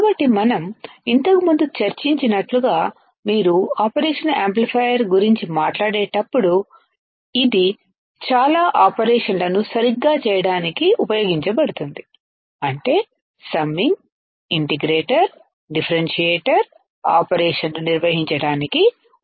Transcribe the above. కాబట్టి మనం ఇంతకు ముందు చర్చించినట్లుగా మీరు ఆపరేషన్ యాంప్లిఫైయర్ గురించి మాట్లాడేటప్పుడు ఇది చాలా ఆపరేషన్ల ను సరిగ్గా చేయడానికి ఉపయోగించబడుతుంది అంటే సమ్మింగ్ ఇంటిగ్రేటర్ డిఫరెన్షియేటర్ ఆపరేషన్లు నిర్వహించడానికి ఉపయోగించ వచ్చు